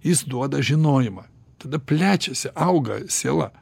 jis duoda žinojimą tada plečiasi auga siela